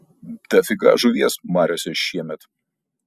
dafiga žuvies mariose šiemet